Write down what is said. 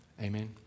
Amen